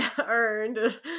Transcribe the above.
earned